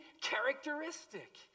characteristic